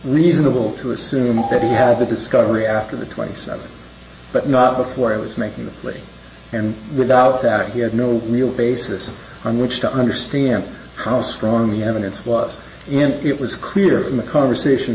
reasonable to assume that he had the discovery after the twenty seven but not before i was making a plea and without that he had no real basis on which to understand how strong the evidence was in it was clear in the conversation